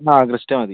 ആ ക്രിസ്റ്റ മതി